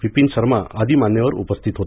विपिन शर्मा आदी मान्यवर उपस्थित होते